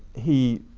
he